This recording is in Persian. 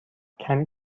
کمی